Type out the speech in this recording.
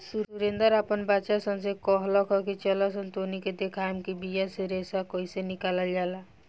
सुरेंद्र आपन बच्चा सन से कहलख की चलऽसन तोहनी के देखाएम कि बिया से रेशा कइसे निकलाल जाला